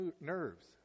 nerves